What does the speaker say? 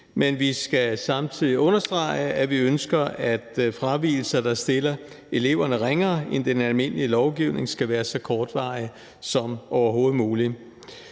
Men vi skal samtidig understrege, at vi ønsker, at fravigelser, der stiller eleverne ringere end den almindelige lovgivning, skal være så kortvarige som overhovedet muligt.